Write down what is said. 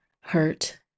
hurt